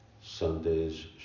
Sundays